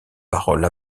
paroles